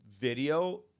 video